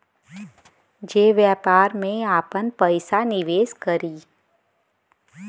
जे व्यापार में आपन पइसा निवेस करी